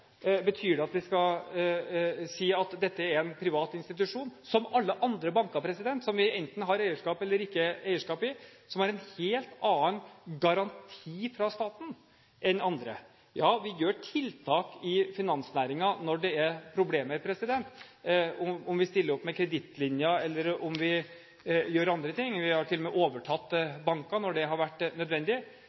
Betyr det at vi skal si at dette er en privat institusjon – som alle andre banker som vi har eierskap i, eller ikke har eierskap i – som vil ha en helt annen garanti fra staten enn andre? Ja, vi har tiltak i finansnæringen når det er problemer, enten vi stiller opp med kredittlinjer eller vi gjør andre ting – vi har til og med overtatt banker når det har vært nødvendig.